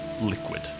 liquid